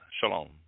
Shalom